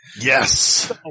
Yes